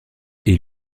est